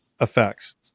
effects